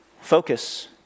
focus